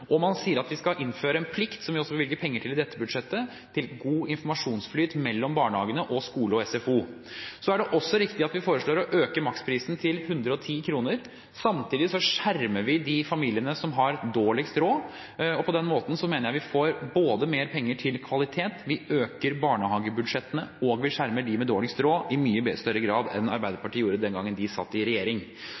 og man sier at vi skal innføre en plikt – som vi også bevilger penger til i dette budsjettet – til god informasjonsflyt mellom barnehagene og skole og SFO. Det er også riktig at vi foreslår å øke maksprisen med 110 kr. Samtidig skjermer vi de familiene som har dårligst råd, og på den måten mener jeg vi får både mer penger til kvalitet, vi øker barnehagebudsjettene, og vi skjermer dem med dårligst råd i mye større grad enn Arbeiderpartiet gjorde den gangen de satt i regjering.